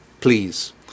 please